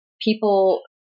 people